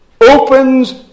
opens